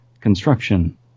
Construction